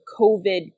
COVID